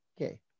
okay